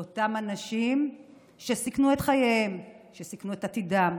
לאותם אנשים שסיכנו את חייהם, שסיכנו את עתידם,